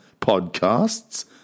podcasts